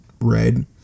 red